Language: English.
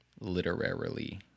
literarily